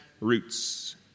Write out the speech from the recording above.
roots